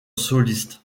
soliste